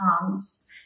comes